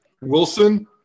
Wilson